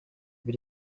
dvd